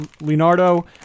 Leonardo